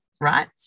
right